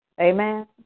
Amen